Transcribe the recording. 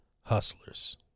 hustlers